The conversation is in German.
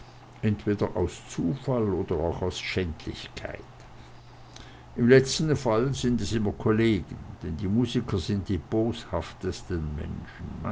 entweder aus zufall oder auch wohl aus schändlichkeit in letzterem falle sind es immer kollegen denn die musiker sind die boshaftesten menschen